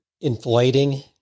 inflating